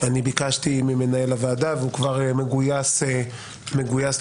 אני ביקשתי ממנהל הוועדה והוא כבר מגויס לנושא,